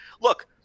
Look